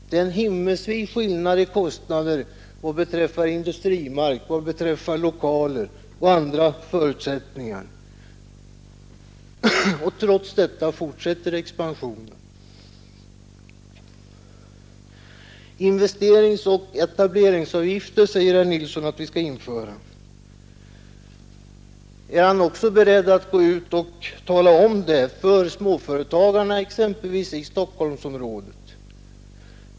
Det är en himmelsvid skillnad i kostnader för industrimark, lokaler och andra förutsättningar i Stockholm och på andra orter, och ändå fortsätter expansionen. Herr Nilsson anser vidare att vi bör införa investeringsoch etablerings avgifter. Är han också beredd att gå ut och tala om det för småföretagarna i t.ex. Stockholmsområdet?